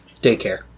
Daycare